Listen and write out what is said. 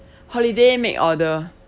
holiday make order